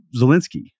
Zelensky